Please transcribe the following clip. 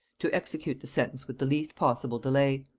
to execute the sentence with the least possible delay.